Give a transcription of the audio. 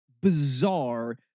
bizarre